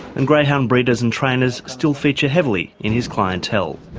and greyhound breeders and trainers still feature heavily in his clientele.